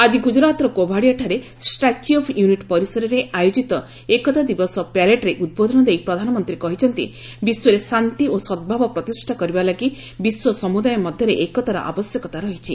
ଆଜି ଗୁଜରାତର କୋଭାଡ଼ିଆଠାରେ ଷ୍ଟାଚ୍ୟୁ ଅଫ୍ ୟୁନିଟ୍ ପରିସରରେ ଆୟୋକିତ ଜାତୀୟ ଏକତା ଦିବସ ପ୍ୟାରେଡ୍ରେ ଉଦ୍ବୋଧନ ଦେଇ ପ୍ରଧାନମନ୍ତ୍ରୀ କହିଛନ୍ତି ବିଶ୍ୱରେ ଶାନ୍ତି ଓ ସଦ୍ଭାବ ପ୍ରତିଷ୍ଠା କରିବା ଲାଗି ବିଶ୍ୱ ସମୁଦାୟ ମଧ୍ୟରେ ଏକତାର ଆବଶ୍ୟକତା ରହିଛି